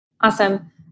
Awesome